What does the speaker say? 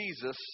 Jesus